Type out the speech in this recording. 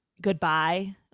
goodbye